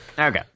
Okay